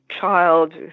child